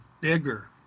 bigger